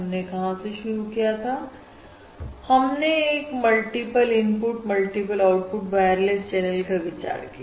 हमने कहां से शुरू किया था हमने एक multiple input multiple output wireless channel का विचार किया